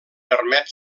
permet